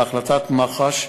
להחלטת מח"ש,